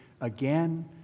again